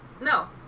No